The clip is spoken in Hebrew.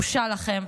בושה לכם.